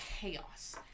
chaos